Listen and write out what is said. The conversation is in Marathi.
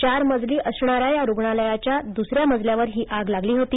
चार मजली असणाऱ्या या रुग्णालयाच्या दुसऱ्या मजल्यावर ही आग लागली होती